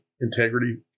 integrity